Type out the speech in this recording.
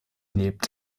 lebt